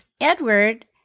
Edward